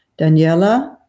Daniela